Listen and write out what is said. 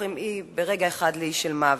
שהופכים אי ברגע אחד לאי של מוות.